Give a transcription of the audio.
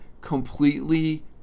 completely